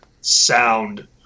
sound